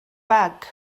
bag